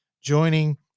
joining